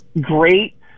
great